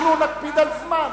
אנחנו נקפיד על זמן.